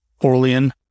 Orlean